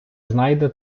знайде